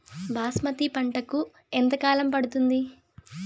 బాస్మతి పంటకు ఎంత కాలం పడుతుంది?